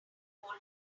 golden